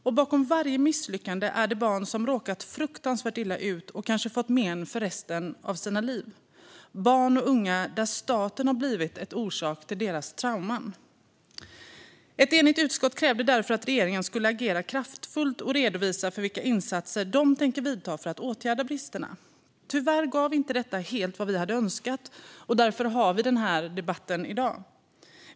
Och bakom varje misslyckande är det barn som råkat fruktansvärt illa ut och kanske fått men för resten av livet. Det är barn och unga för vilka staten har blivit en orsak till deras trauman. Ett enigt utskott krävde därför att regeringen skulle agera kraftfullt och redovisa vilka insatser man tänker vidta för att åtgärda bristerna. Tyvärr gav inte detta helt vad vi hade önskat, och därför har vi den här debatten i dag.